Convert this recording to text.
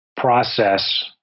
process